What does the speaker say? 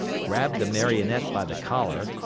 grabbed the marionette by the collar,